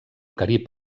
carib